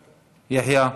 יחיא,